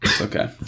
Okay